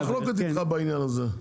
אז אני, יש לי מחלוקת איתך בעניין הזה.